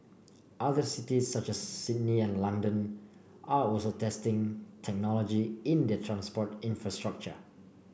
other cities such as Sydney and London are also testing technology in their transport infrastructure